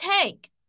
take